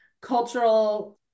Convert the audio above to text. cultural